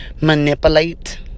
manipulate